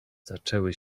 zaczęły